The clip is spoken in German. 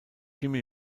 jimmy